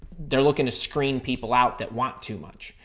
they're looking to screen people out that want too much.